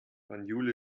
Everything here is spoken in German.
banjul